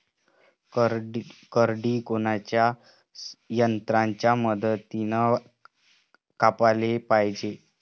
करडी कोनच्या यंत्राच्या मदतीनं कापाले पायजे?